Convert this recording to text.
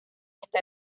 hasta